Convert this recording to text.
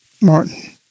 Martin